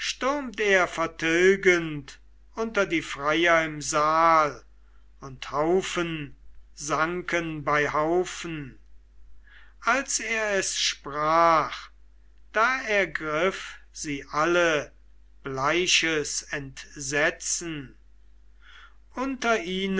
vertilgend unter die freier im saal und haufen sanken bei haufen als er es sprach da ergriff sie alle bleiches entsetzen unter ihnen